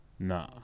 Nah